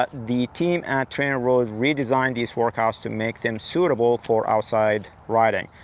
but the team at trainerroad redesigned these workouts, to make them suitable for outside riding.